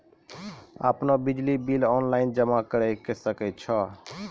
आपनौ बिजली bill online जमा करै सकै छौ?